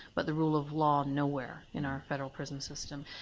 but the rule of law, nowhere in our federal prison system.